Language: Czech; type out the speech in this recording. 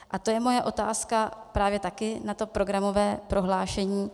A to je moje otázka právě taky na to programové prohlášení.